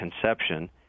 conception